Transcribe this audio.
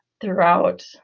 throughout